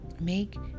Make